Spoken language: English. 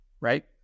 Right